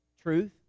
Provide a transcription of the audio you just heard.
truth